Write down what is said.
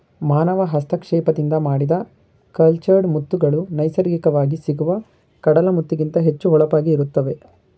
ಮಾನವ ಹಸ್ತಕ್ಷೇಪದಿಂದ ಮಾಡಿದ ಕಲ್ಚರ್ಡ್ ಮುತ್ತುಗಳು ನೈಸರ್ಗಿಕವಾಗಿ ಸಿಗುವ ಕಡಲ ಮುತ್ತಿಗಿಂತ ಹೆಚ್ಚು ಹೊಳಪಾಗಿ ಇರುತ್ತವೆ